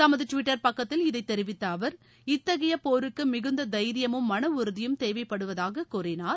தமது டிவிட்டர் பக்கத்தில் இதை தெரிவித்த அவர் இத்தகைய போருக்கு மிகுந்த தைரியமும் மண உறுதியும் தேவைப்படுவதாக கூறினார்